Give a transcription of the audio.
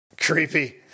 Creepy